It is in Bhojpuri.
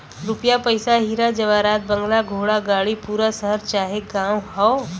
रुपिया पइसा हीरा जवाहरात बंगला घोड़ा गाड़ी पूरा शहर चाहे गांव हौ